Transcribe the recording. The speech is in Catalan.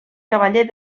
cavaller